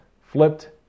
flipped